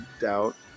doubt